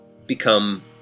become